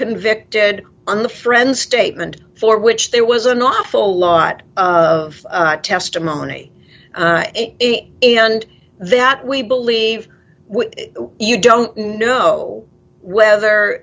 convicted on the friends statement for which there was an awful lot of testimony and that we believe you don't know whether